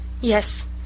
Yes